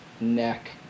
neck